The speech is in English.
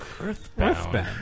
Earthbound